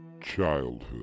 Childhood